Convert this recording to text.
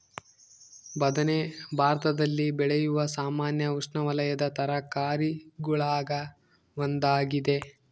ಬದನೆ ಭಾರತದಲ್ಲಿ ಬೆಳೆಯುವ ಸಾಮಾನ್ಯ ಉಷ್ಣವಲಯದ ತರಕಾರಿಗುಳಾಗ ಒಂದಾಗಿದೆ